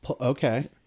Okay